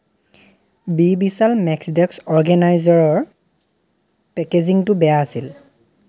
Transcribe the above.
B Vishal max desk অৰ্গেনাইজাৰৰ পেকেজিঙটো বেয়া আছিল